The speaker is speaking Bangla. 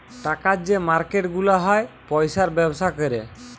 টাকার যে মার্কেট গুলা হ্যয় পয়সার ব্যবসা ক্যরে